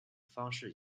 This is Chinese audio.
方式